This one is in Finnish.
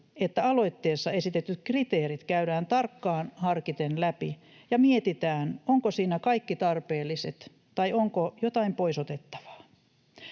että aloitteessa esitetyt kriteerit käydään tarkkaan harkiten läpi ja mietitään, onko siinä kaikki tarpeelliset tai onko jotain pois otettavaa.